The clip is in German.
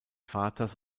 vaters